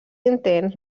intents